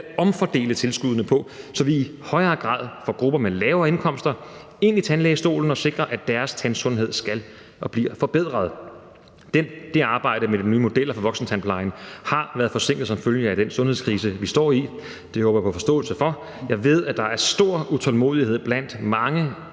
omfordele tilskuddene på, så vi i højere grad får grupper med lave indkomster ind i tandlægestolen og sikrer, at deres tandsundhed bliver forbedret. Det arbejde med de nye modeller for voksentandplejen har været forsinket som følge af den sundhedskrise, vi står i. Det håber jeg på forståelse for. Jeg ved, at der er stor utålmodighed blandt mange